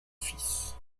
fils